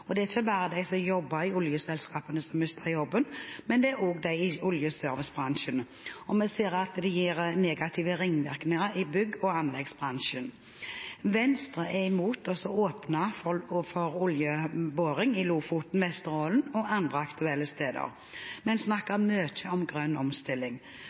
petroleumssektoren. Det er ikke bare de som jobber i oljeselskapene som mister jobben, men også de i oljeservicebransjen, og vi ser at det gir negative ringvirkninger for bygg- og anleggsbransjen. Venstre er imot å åpne for oljeboring i Lofoten, Vesterålen og andre aktuelle steder, men snakker mye om grønn omstilling.